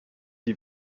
die